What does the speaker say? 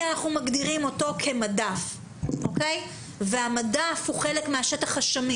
אנחנו מגדירים אותו כמדף והמדף הוא חלק מהשטח השמיש.